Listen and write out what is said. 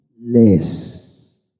less